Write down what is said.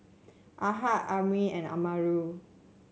Ahad Amrin and Melur